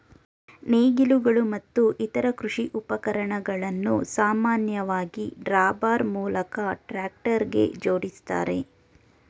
ನೇಗಿಲುಗಳು ಮತ್ತು ಇತರ ಕೃಷಿ ಉಪಕರಣಗಳನ್ನು ಸಾಮಾನ್ಯವಾಗಿ ಡ್ರಾಬಾರ್ ಮೂಲಕ ಟ್ರಾಕ್ಟರ್ಗೆ ಜೋಡಿಸ್ತಾರೆ